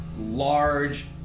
large